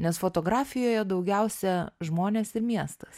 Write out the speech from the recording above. nes fotografijoje daugiausia žmonės ir miestas